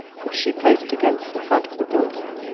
which she placed against the front of the building.